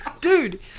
Dude